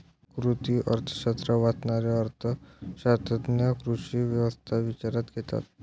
कृषी अर्थशास्त्र वाचणारे अर्थ शास्त्रज्ञ कृषी व्यवस्था विचारात घेतात